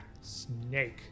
snake